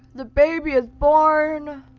the baby is born.